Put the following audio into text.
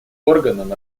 органом